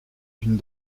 d’une